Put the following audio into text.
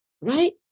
Right